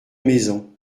maisons